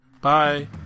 bye